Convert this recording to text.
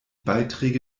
beiträge